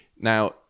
now